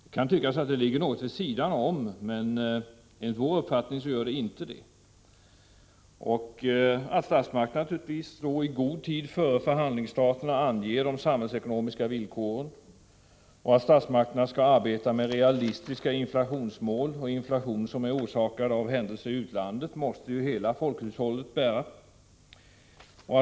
Det kan tyckas att detta ligger något vid sidan om, men enligt vår uppfattning gör det inte det. Statsmakterna skall i god tid före förhandlingsstarten ange de samhällsekonomiska villkoren, och statsmakterna skall arbeta med realistiska inflationsmål. Inflation som är orsakad av händelser i utlandet måste ju hela folkhushållet bära.